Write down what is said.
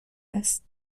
است